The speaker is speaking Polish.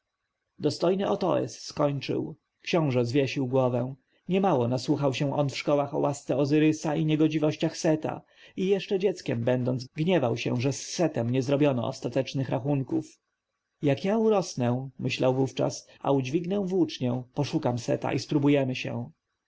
dostojny otoes skończył książę zwiesił głowę niemało nasłuchał się on w szkołach o łasce ozyrysa i niegodziwościach seta i jeszcze dzieckiem będąc gniewał się że z setem nie zrobiono ostatecznych rachunków jak ja urosnę myślał wówczas a udźwignę włócznię poszukam seta i spróbujemy się